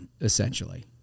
essentially